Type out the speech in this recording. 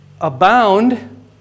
abound